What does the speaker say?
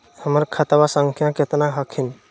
हमर खतवा संख्या केतना हखिन?